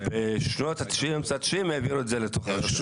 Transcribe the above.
בשנות ה-90' העבירו את זה לתוך הרשות.